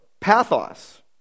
Pathos